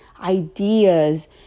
ideas